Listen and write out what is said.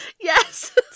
Yes